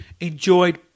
enjoyed